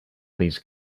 these